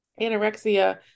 anorexia